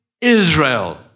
Israel